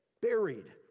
buried